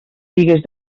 bigues